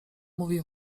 mówi